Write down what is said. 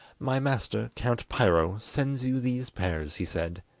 my master, count piro, sends you these pears he said,